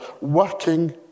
working